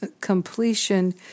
completion